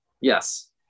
Yes